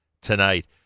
tonight